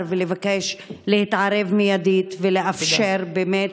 ולבקש להתערב מיידית ולאפשר באמת,